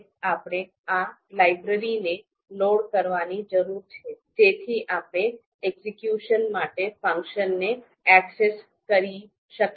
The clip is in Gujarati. હવે આપણે આ લાઇબ્રેરીને લોડ કરવાની જરૂર છે જેથી આપણે એક્ઝેક્યુશન માટે ફંક્શનને એક્સેસ કરી શકીએ